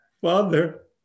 Father